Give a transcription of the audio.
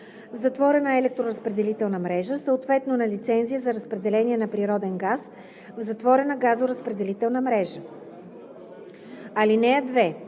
в затворена електроразпределителна мрежа, съответно на лицензия за разпределение на природен газ в затворена газоразпределителна мрежа. (2)